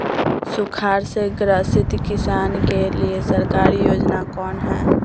सुखाड़ से ग्रसित किसान के लिए सरकारी योजना कौन हय?